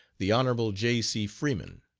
the hon. j. c. freeman.